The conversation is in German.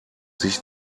sich